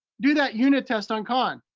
do that unit test on khan.